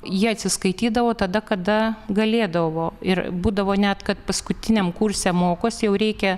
jie atsiskaitydavo tada kada galėdavo ir būdavo net kad paskutiniam kurse mokosi jau reikia